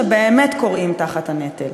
שבאמת כורעים תחת הנטל.